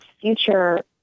future